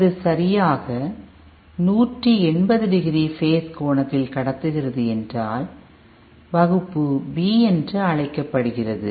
அது சரியாக 180 degree phase கோணத்தில் கடத்துகிறது என்றால் வகுப்பு B என்று அழைக்கப்படுகிறது